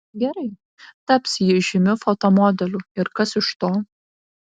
gerai taps ji žymiu fotomodeliu ir kas iš to